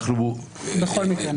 אנחנו מוכנים --- בכל מקרה נאשר...